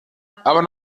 aber